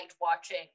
watching